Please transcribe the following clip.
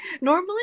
normally